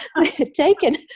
Taken